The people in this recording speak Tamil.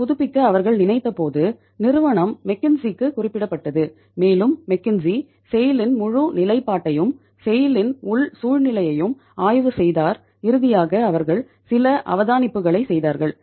அதை புதுப்பிக்க அவர்கள் நினைத்தபோது நிறுவனம் மெக்கின்சிக்கு இன் உள் சூழ்நிலையையும் ஆய்வு செய்தார் இறுதியாக அவர்கள் சில அவதானிப்புகளைச் செய்தார்கள்